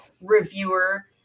reviewer